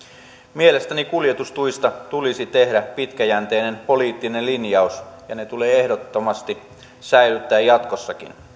mielestäni kuljetustuista tulisi tehdä pitkäjänteinen poliittinen linjaus ja ne tulee ehdottomasti säilyttää jatkossakin